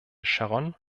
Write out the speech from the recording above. sharon